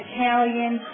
Italian